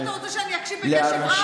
רגע, אתה רוצה שאני אקשיב בקשב רב?